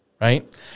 Right